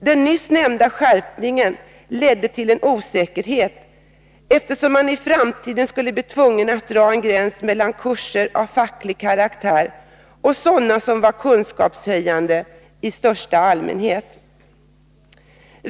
Den nyss nämnda skärpningen ledde till en osäkerhet, eftersom man i framtiden skulle bli tvungen att dra en gräns mellan kurser av facklig karaktär och sådana som var kunskapshöjande i största allmänhet.